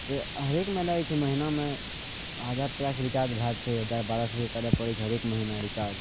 तऽ हरेकमे लागि जाइ छै महीनामे हजार रुपैआके रिचार्ज भए जाइ छै दस बारह सएके करऽ पड़ै छै हरेक महीना रिचार्ज